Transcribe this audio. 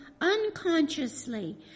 unconsciously